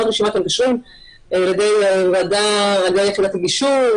רשימת המגשרים על ידי הוועדה ליחידת הגישור.